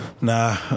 Nah